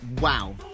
wow